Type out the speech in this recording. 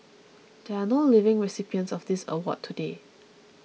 there are no living recipients of this award today